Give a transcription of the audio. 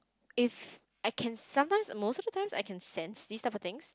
if I can sometimes most of the times I can sense these type of things